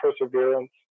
perseverance